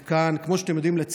כמו שאתם יודעים, לצערנו,